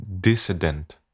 Dissident